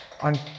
on